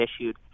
issued